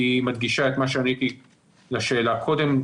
כי היא מדגישה את מה שעניתי לשאלה הקודמת.